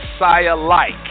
Messiah-like